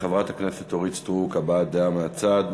חברת הכנסת אורית סטרוק, הבעת דעה מהצד,